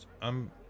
I'm-